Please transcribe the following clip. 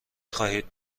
خواهید